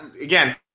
again